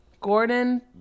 Gordon